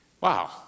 Wow